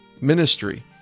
ministry